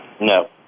No